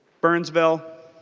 burnsville.